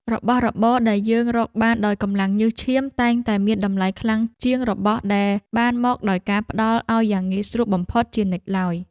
របស់របរដែលយើងរកបានដោយកម្លាំងញើសឈាមតែងតែមានតម្លៃខ្លាំងជាងរបស់ដែលបានមកដោយការផ្ដល់ឱ្យយ៉ាងងាយស្រួលបំផុតជានិច្ចឡើយ។